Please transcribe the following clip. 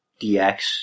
DX